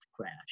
crash